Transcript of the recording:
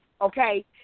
Okay